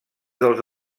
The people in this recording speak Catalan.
dels